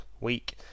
week